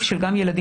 על תמיכה בהצעת